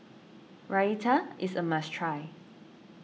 Raita is a must try